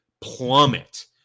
plummet